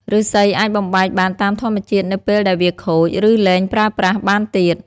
ឫស្សីអាចបំបែកបានតាមធម្មជាតិនៅពេលដែលវាខូច ឬលែងប្រើប្រាស់បានទៀត។